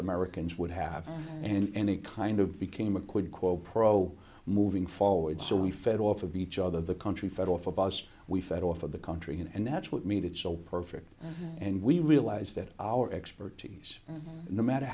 americans would have and it kind of became a quid quo pro moving forward so we fed off of each other the country fed off of us we fed off of the country and that's what made it so perfect and we realized that our expertise no matter